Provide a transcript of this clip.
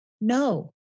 No